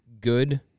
good